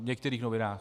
V některých novinách.